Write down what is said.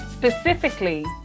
Specifically